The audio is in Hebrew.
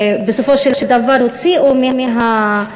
שבסופו של דבר הוציאו מהחדר,